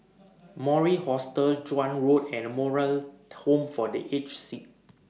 Mori Hostel Joan Road and Moral Home For The Aged Sick